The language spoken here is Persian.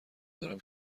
دارم